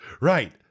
right